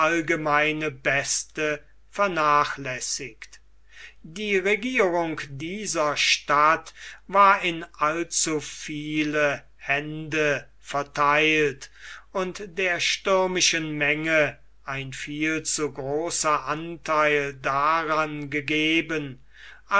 allgemeine beste vernachlässigt die regierung dieser stadt war in allzu viele hände vertheilt und der stürmischen menge ein viel zu großer antheil daran gegeben